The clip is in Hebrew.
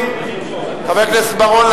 חבר הכנסת בר-און,